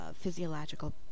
physiological